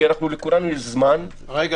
כי לכולנו יש זמן --- רגע,